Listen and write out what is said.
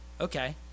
Okay